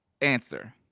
Answer